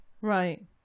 Right